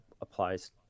applies